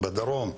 בדרום,